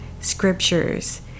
scriptures